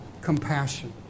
compassion